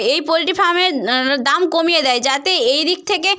এই পোলট্রি ফার্মের দাম কমিয়ে দেয় যাতে এই দিক থেকে